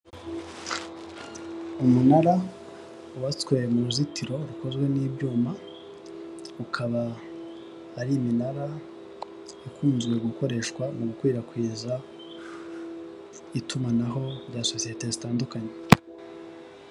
Umunara wubatswe mu ruzitiro rukozwe n'ibyuma, ukaba ari iminara ikunzwe gukoreshwa mu gukwirakwiza itumanaho rya sosiyete zitandukanye.